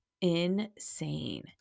insane